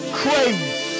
crazy